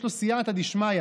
יש לו סייעתא דשמיא,